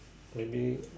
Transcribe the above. maybe